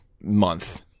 month